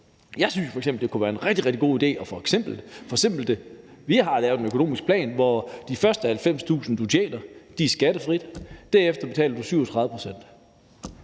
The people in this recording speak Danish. f.eks., at det kunne være en rigtig, rigtig god idé at forsimple det. Vi har lavet en økonomisk plan, hvor de første 90.000 kr., du tjener, er skattefrie, og derefter betaler du 37 pct.